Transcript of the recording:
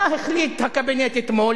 מה החליט הקבינט אתמול?